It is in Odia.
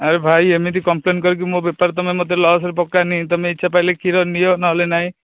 ଆରେ ଭାଇ ଏମିତି କମ୍ପ୍ଲେନ୍ କରିକି ମୋ ବେପାର ତୁମେ ମୋତେ ଲସ୍ରେ ପକାଅନି ତୁମ ଇଚ୍ଛା ପାଇଲେ କ୍ଷୀର ନିଅ ନହେଲେ ନାହିଁ